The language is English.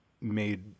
made